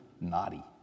naughty